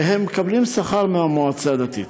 והם מקבלים שכר מהמועצה הדתית.